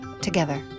together